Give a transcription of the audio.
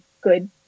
good